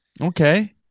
Okay